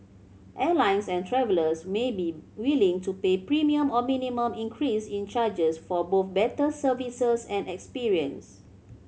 airlines and travellers may be willing to pay premium or minimum increase in charges for both better services and experience